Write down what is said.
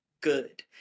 good